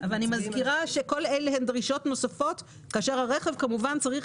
אני מזכירה שכל אלה הן דרישות נוספות כאשר הרכב כמובן צריך